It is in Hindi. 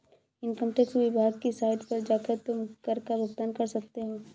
इन्कम टैक्स विभाग की साइट पर जाकर तुम कर का भुगतान कर सकते हो